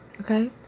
Okay